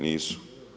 Nisu.